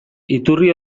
iturri